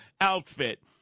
outfit